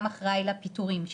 גם אחראי לפיטורין שלה,